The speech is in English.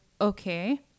Okay